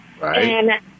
Right